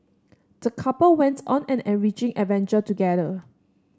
the couple went on an enriching adventure together